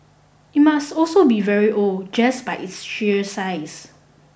it must also be very old just by its sheer size